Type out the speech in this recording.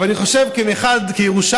אבל אני חושב, כירושלמי,